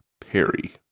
Perry